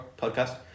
podcast